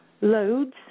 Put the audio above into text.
loads